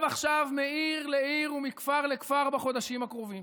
עכשיו מעיר לעיר ומכפר לכפר בחודשים הקרובים,